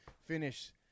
finish